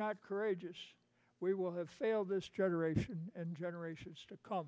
not courageous we will have failed this generation and generations to come